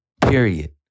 Period